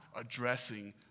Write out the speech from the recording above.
addressing